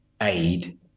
aid